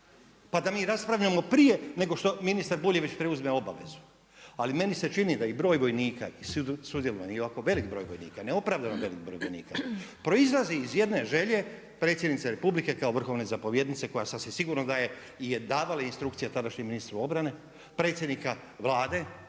pa da mi raspravljamo prije nego što ministar Buljević preuzme obavezu. Ali meni se čini da i broj vojnika i … i ovako velik broj vojnika, neopravdano velik broj vojnika proizlazi iz jedne želje Predsjednice Republike kao vrhovne zapovjednice koja sasvim sigurno da je i davala instrukcije tadašnjem ministru obrane, predsjednika vlade